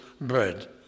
bread